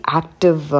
active